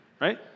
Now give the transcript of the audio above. right